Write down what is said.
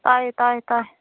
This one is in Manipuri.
ꯇꯥꯏꯌꯦ ꯇꯥꯏꯌꯦ ꯇꯥꯏ